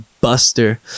buster